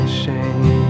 shame